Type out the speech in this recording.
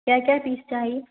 चारि चारि पीस चाही